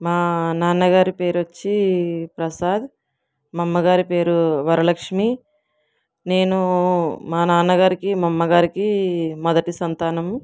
మా నాన్న గారి పేరు వచ్చి ప్రసాద్ మా అమ్మ గారి పేరు వరలక్ష్మి నేను మా నాన్నగారికి మా అమ్మగారికి మొదటి సంతానం